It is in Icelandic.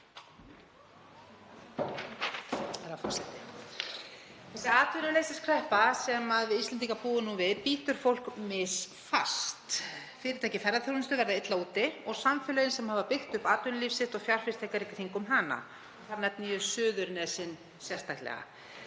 Þessi atvinnuleysiskreppa sem við Íslendingar búum nú við bítur fólk misfast. Fyrirtæki í ferðaþjónustu verða illa úti og samfélögin sem hafa byggt upp atvinnulíf sitt og fjárfestingar í kringum hana, þar nefni ég Suðurnesin sérstaklega.